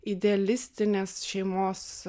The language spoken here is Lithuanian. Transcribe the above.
idealistinės šeimos